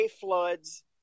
floods